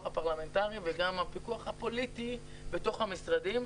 הפרלמנטרי וגם הפיקוח הפוליטי בתוך המשרדים.